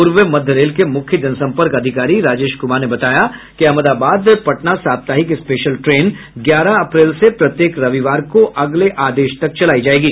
पूर्व मध्य रेल के मुख्य जनसम्पर्क अधिकारी राजेश कुमार ने बताया कि अहमदाबाद पटना साप्ताहिक स्पेशल ट्रेन ग्यारह अप्रैल से प्रत्येक रविवार को अगले आदेश तक चलेगी